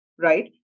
right